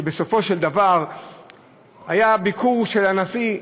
ובסופו של דבר היה הביקור של הנשיא,